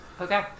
Okay